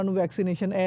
vaccination